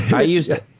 i used it.